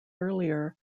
earlier